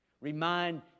Remind